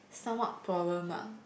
stomach problem ah